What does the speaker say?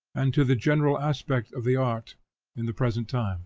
and to the general aspect of the art in the present time